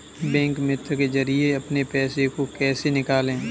Bank मित्र के जरिए अपने पैसे को कैसे निकालें?